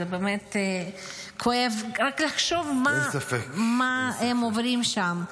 זה באמת כואב רק לחשוב מה הם עוברים שם.